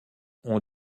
ont